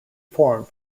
formed